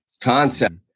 concept